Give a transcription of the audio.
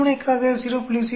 ஒரு முனைக்காக 0